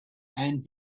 and